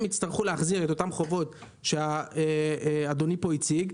יצטרכו להחזיר את אותם חובות שאדוני פה הציג,